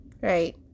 right